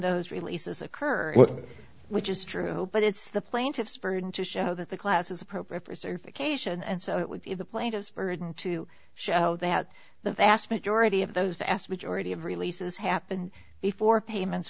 those releases occur which is true but it's the plaintiff's burden to show that the class is appropriate preserve occasion and so it would be the plaintiff's burden to show that the vast majority of those vast majority of release as happened before payments